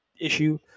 issue